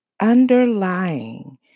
underlying